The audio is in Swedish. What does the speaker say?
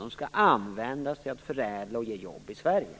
Resurserna skall förädlas och ge jobb i Sverige.